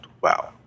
wow